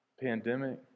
Pandemic